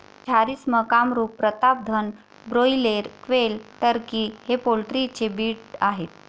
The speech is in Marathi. Jharsim, Kamrup, Pratapdhan, broiler, quail, turkey हे पोल्ट्री चे ब्रीड आहेत